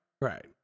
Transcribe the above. right